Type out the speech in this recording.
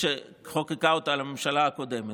שחוקקה הממשלה הקודמת.